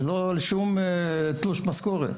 זה לא על שום תלוש משכורת.